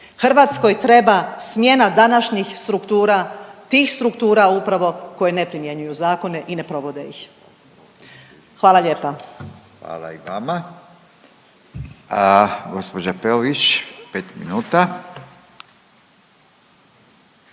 Hrvatskoj treba smjena današnjih struktura tih struktura upravo koje ne primjenjuju zakone i ne provode ih. Hvala lijepa. **Radin, Furio (Nezavisni)** Hvala